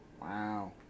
Wow